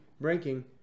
Breaking